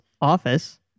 Office